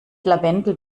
lavendel